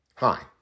Hi